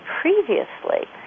previously